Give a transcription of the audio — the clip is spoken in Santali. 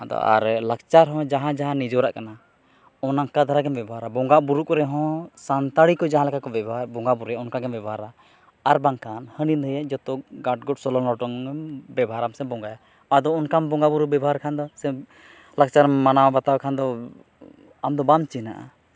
ᱟᱫᱚ ᱟᱨᱮ ᱞᱟᱠᱪᱟᱨ ᱦᱚᱸ ᱡᱟᱦᱟᱸ ᱡᱟᱦᱟᱸ ᱱᱤᱡᱚᱨᱟᱜ ᱠᱟᱱᱟ ᱚᱱᱠᱟ ᱫᱷᱟᱨᱟᱜᱮᱢ ᱵᱮᱵᱚᱦᱟᱨᱟ ᱵᱚᱸᱜᱟᱼᱵᱩᱨᱩ ᱠᱚᱨᱮ ᱦᱚᱸ ᱥᱟᱱᱛᱟᱲᱤ ᱠᱚ ᱡᱟᱦᱟᱸ ᱞᱮᱠᱟ ᱠᱚ ᱵᱮᱵᱚᱦᱟᱨᱟ ᱵᱚᱸᱜᱟ ᱵᱩᱨᱩᱭᱟ ᱚᱱᱠᱟᱜᱮᱢ ᱵᱮᱵᱚᱦᱟᱨᱟ ᱟᱨ ᱵᱟᱝᱠᱷᱟᱱ ᱦᱟᱹᱱᱤ ᱱᱟᱹᱭᱟᱜ ᱡᱚᱛᱚ ᱜᱟᱰᱜᱩᱰ ᱥᱚᱞᱚᱝ ᱞᱚᱴᱚᱝᱮᱢ ᱵᱮᱵᱚᱦᱟᱨᱟᱢ ᱥᱮ ᱵᱚᱸᱜᱟᱭᱟ ᱟᱫᱚ ᱚᱱᱠᱟᱢ ᱵᱚᱸᱜᱟᱼᱵᱩᱨᱩ ᱵᱮᱵᱚᱦᱟᱨ ᱠᱷᱟᱱ ᱫᱚ ᱥᱮᱢ ᱞᱟᱠᱪᱟᱨᱮᱢ ᱢᱟᱱᱟᱣ ᱵᱟᱛᱟᱣ ᱠᱷᱟᱱ ᱫᱚ ᱟᱢᱫᱚ ᱵᱟᱢ ᱪᱤᱱᱦᱟᱹᱜᱼᱟ